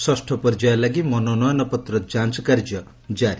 ଷଷ୍ଠ ପର୍ଯ୍ୟାୟ ଲାଗି ମନୋନୟନ ପତ୍ର ଯାଞ୍ଚ୍ କାର୍ଯ୍ୟ ଜାରି